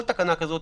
כל תקנה כזו,